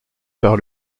par